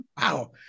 Wow